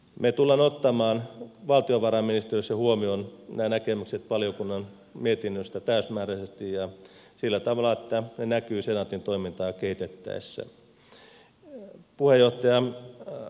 me tulemme ottamaan valtiovarainministeriössä huomioon nämä näkemykset valiokunnan mietinnöstä täysmääräisesti ja sillä tavalla että ne näkyvät senaatin toimintaa kehitettäessä